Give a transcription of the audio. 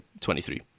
23